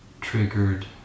triggered